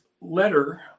letter